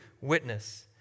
witness